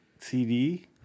CD